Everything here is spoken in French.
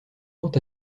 quant